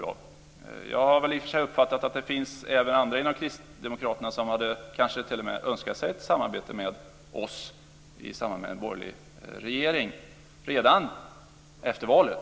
I och för sig har jag uppfattat att det även finns andra inom Kristdemokraterna som kanske t.o.m. hade önskat sig ett samarbete med oss i samband med en borgerlig regering redan efter valet.